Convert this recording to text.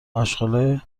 آشغالای